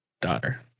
Daughter